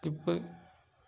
skip